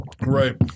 Right